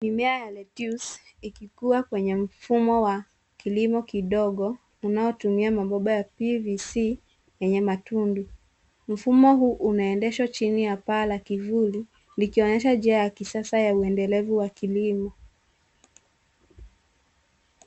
Mimea ya lettuce ikikuwa kwenye mfumo wa kilimo kidogo unaotumia mabomba ya (cs)PVC(cs) yenye matundu. Mfumo huu unaendeshwa chini ya paa la kivuli likionyesha njia ya kisasa ya endelevu wa kilimo.